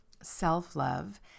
self-love